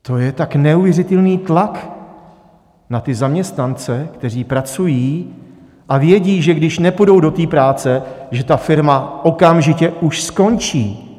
To je tak neuvěřitelný tlak na ty zaměstnance, kteří pracují a vědí, že když nepůjdou do práce, že ta firma okamžitě už skončí.